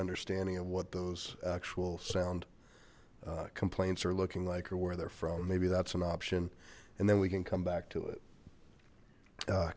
understanding of what those actual sound complaints are looking like or where they're from maybe that's an option and then we can come back to it